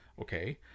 Okay